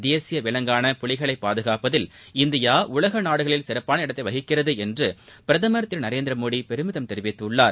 தேசிய விலங்கான புலிகளைக் பாதுகாப்பதில் இந்தியா உலக நாடுகளில் சிறப்பான இடத்தை வகிக்கிறது என்று பிரதமா் திரு நரேந்திர மோடி பெருமிதம் தெரிவித்துள்ளார்